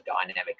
dynamic